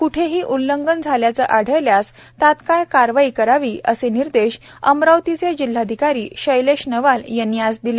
कुठेही उल्लंघन झाल्याचे आढळल्यास तत्काळ कारवाई करावी असे निर्देश अमरावतीचे जिल्हाधिकारी शैलेश नवाल यांनी आज दिले